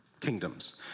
kingdoms